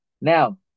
now